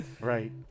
Right